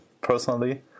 personally